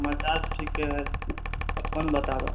समाचार ठीके है अपन बताबऽ